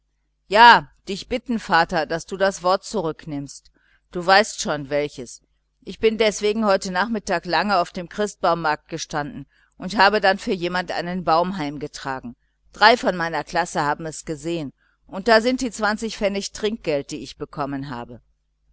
ja dich bitten vater daß du das wort zurücknimmst du weißt schon welches ich bin deswegen heute nachmittag lang auf dem christbaummarkt gestanden und habe dann für jemand einen baum heimgetragen drei von meiner klasse haben es gesehen und da sind die pfennig trinkgeld die ich bekommen habe